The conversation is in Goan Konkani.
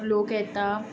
लोक येतात